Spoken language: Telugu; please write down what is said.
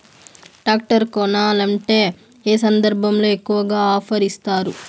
టాక్టర్ కొనాలంటే ఏ సందర్భంలో ఎక్కువగా ఆఫర్ ఇస్తారు?